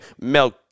Mel